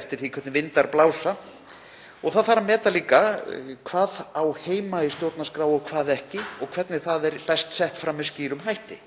eftir því hvernig vindar blása. Þá þarf að meta hvað á heima í stjórnarskrá og hvað ekki og hvernig það er best sett fram með skýrum hætti.